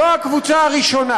זו הקבוצה הראשונה.